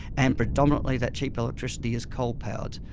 and predominantly that cheap electricity is coal powered.